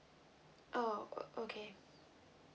oh okay